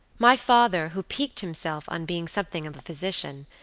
my father, who piqued himself on being something of a physician,